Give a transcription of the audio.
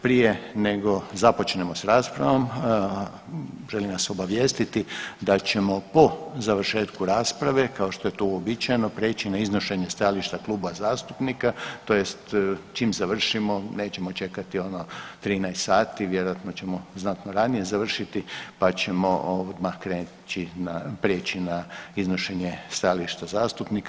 Prije nego započnemo s raspravom želim vas obavijestiti da ćemo po završetku rasprave kao što je to uobičajeno prijeći na iznošenje stajališta kluba zastupnika tj. čim završimo nećemo čekati ono 13 sati, vjerojatno ćemo znatno ranije završiti, pa ćemo odmah prijeći na iznošenje stajališta zastupnika.